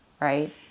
right